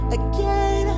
again